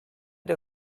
der